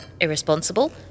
irresponsible